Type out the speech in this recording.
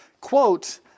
quote